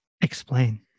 Explain